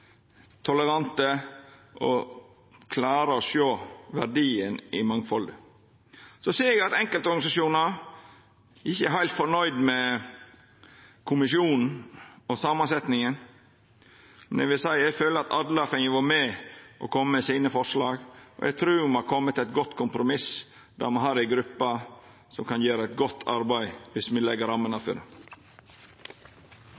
tolerante og klara å sjå verdien i mangfaldet. Så ser eg at enkeltorganisasjonar ikkje er heilt fornøgde med kommisjonen og samansetjinga, men eg vil seia eg føler at alle har fått vera med og kome med forslaga sine. Eg trur me har kome fram til eit godt kompromiss, der me har ei gruppe som kan gjera eit godt arbeid, viss me legg rammene